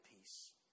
peace